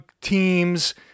teams